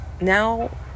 Now